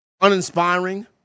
uninspiring